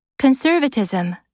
Conservatism